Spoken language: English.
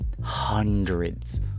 hundreds